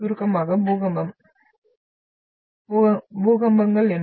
சுருக்கமாக பூகம்பம் பூகம்பங்கள் என்ன